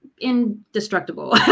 indestructible